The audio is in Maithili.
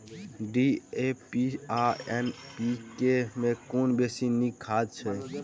डी.ए.पी आ एन.पी.के मे कुन बेसी नीक खाद छैक?